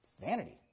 Vanity